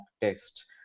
test